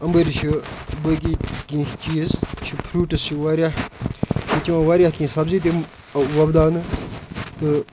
اَمبٕرۍ چھِ بٲقی کیٚنٛہہ چیٖز چھِ فرٛوٗٹٕس چھِ واریاہ ییٚتہِ چھِ یِوان واریاہ کیٚنٛہہ سبزی تِم وۄپداونہٕ تہٕ